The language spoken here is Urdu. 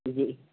جی